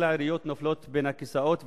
כל העיריות נופלות בין הכיסאות.